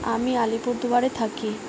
আমি আলিপুরদুয়ারে থাকি